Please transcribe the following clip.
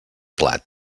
plat